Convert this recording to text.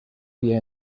vía